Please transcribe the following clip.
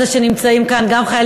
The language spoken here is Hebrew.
עשינו ימים מאוד